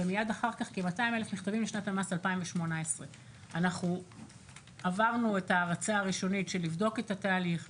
ומיד אחר כך כ-200,000 מכתבים לשנת המס 2018. עברנו את ההרצה הראשונית של בדיקת התהליך,